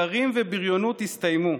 שקרים ובריונות הסתיימו",